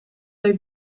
they